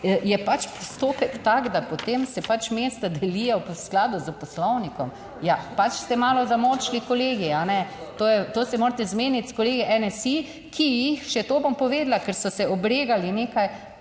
je pač postopek tak, da potem se pač mesta delijo v skladu s Poslovnikom. Ja, pač ste malo zamočili, kolegi, a ne. To je, to se morate zmeniti s kolegi NSi. Ki jih, še to bom povedala, ker so se obregali nekaj